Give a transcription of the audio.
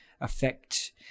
affect